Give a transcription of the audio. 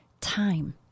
time